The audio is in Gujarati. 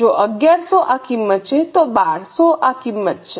જો 1100 આ કિંમત છે જો 1200 આ કિંમત છે